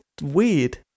weird